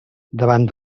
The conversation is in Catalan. davant